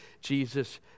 Jesus